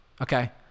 Okay